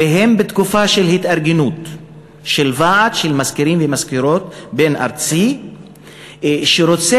והם בתקופה של התארגנות של ועד ארצי של מזכירים ומזכירות,